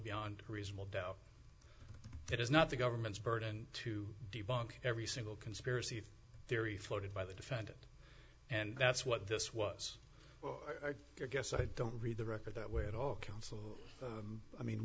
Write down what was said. beyond reasonable doubt it is not the government's burden to debunk every single conspiracy theory floated by the defendant and that's what this was your guess i don't read the record that way at all counsel i mean